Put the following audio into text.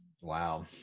Wow